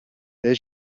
les